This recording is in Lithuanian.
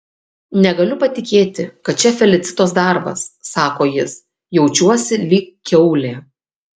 negaliu patikėti kad čia felicitos darbas sako jis jaučiuosi lyg kiaulė